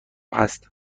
هست